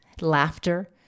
laughter